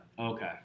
okay